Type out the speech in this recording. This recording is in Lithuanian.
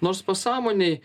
nors pasąmonėj